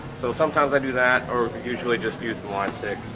so sometimes i do that or usually just use the like